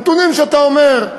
הנתונים שאתה אומר,